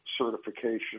certification